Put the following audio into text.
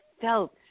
felt